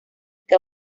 que